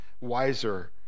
wiser